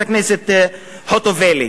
של חברת הכנסת חוטובלי.